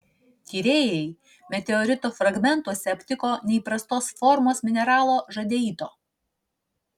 tyrėjai meteorito fragmentuose aptiko neįprastos formos mineralo žadeito